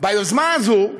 ביוזמה הזאת,